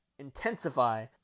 intensify